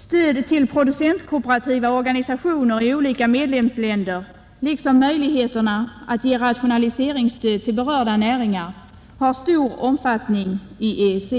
Stödet till producentkooperativa organisationer i olika medlemsländer liksom möjligheterna att ge rationaliseringsstöd till berörda näringar är av stor omfattning inom EEC.